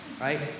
right